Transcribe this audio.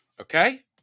okay